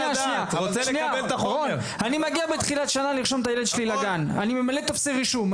אני ממלא טופסי רישום,